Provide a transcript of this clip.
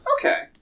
Okay